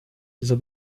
dieser